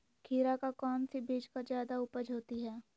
खीरा का कौन सी बीज का जयादा उपज होती है?